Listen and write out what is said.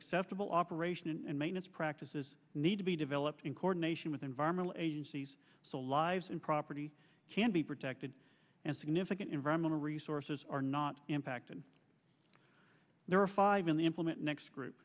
acceptable operation and maintenance practices need to be developed in coordination with environmental agencies so lives and property can be protected and significant environmental resources are not impacted there are five in the implement next group